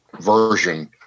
version